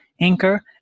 anchor